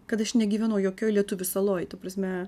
kad aš negyvenau jokioj lietuvių saloj ta prasme